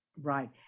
right